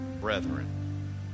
brethren